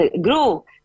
grow